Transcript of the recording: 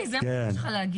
תגיד לי, זה מה שיש לך להגיד?